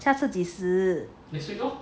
下次几时